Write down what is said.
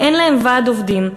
אין להם ועד עובדים,